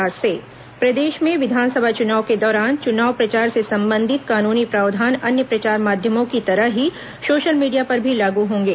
विस चुनाव social media प्रदेश में विधानसभा चुनाव के दौरान चुनाव प्रचार से संबंधित कानूनी प्रावधान अन्य प्रचार माध्यमों की तरह ही सोशल मीडिया पर भी लागू होंगे